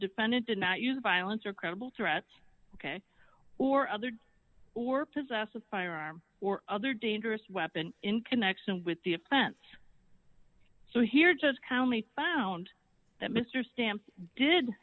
defendant did not use violence or credible threats or others or possess a firearm or other dangerous weapon in connection with the offense so here just how many found that mr stamp did